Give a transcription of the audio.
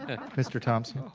ah mr. thomson? um